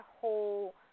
whole